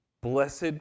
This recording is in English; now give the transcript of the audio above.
Blessed